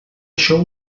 això